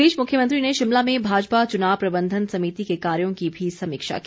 इस बीच मुख्यमंत्री ने शिमला में भाजपा चुनाव प्रबंधन समिति के कार्यों की भी समीक्षा की